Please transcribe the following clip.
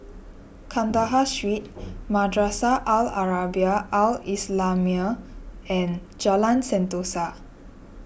Kandahar Street Madrasah Al Arabiah Al Islamiah and Jalan Sentosa